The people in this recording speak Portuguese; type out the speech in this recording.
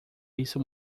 isso